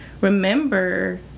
remember